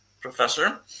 professor